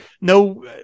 no